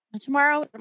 tomorrow